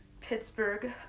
Pittsburgh